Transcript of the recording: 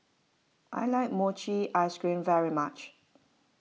I like Mochi Ice Cream very much